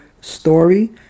story